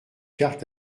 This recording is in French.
cartes